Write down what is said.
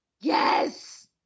Yes